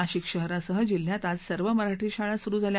नाशिक शहरासह जिल्ह्यात आज सर्व मराठी शाळा सुरू झाल्या